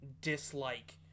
dislike